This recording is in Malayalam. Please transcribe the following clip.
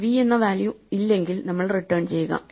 V എന്ന വാല്യൂ ഇല്ലെങ്കിൽ നമ്മൾ റിട്ടേൺ ചെയ്യുക